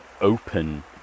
open